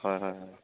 হয় হয় হয়